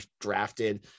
drafted